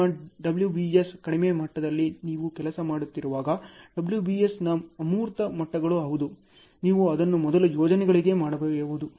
ನಿಮ್ಮ ಡಬ್ಲ್ಯೂಬಿಎಸ್ನ ಕಡಿಮೆ ಮಟ್ಟದಲ್ಲಿ ನೀವು ಕೆಲಸ ಮಾಡುತ್ತಿರುವಾಗ ಡಬ್ಲ್ಯೂಬಿಎಸ್ನ ಅಮೂರ್ತ ಮಟ್ಟಗಳು ಹೌದು ನೀವು ಅದನ್ನು ಮೊದಲ ಯೋಜನೆಗಳಿಗೆ ಮಾಡಬಹುದು